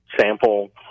Sample